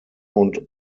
und